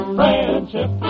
friendship